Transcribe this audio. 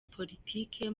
politike